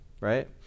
Right